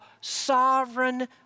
sovereign